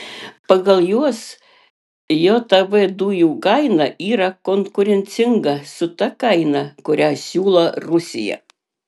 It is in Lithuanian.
pagal juos jav dujų kaina yra konkurencinga su ta kaina kurią siūlo rusija